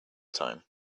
time